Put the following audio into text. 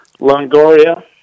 longoria